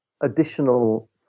additional